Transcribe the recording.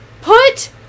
put